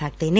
ਸਕਦੇ ਨੇ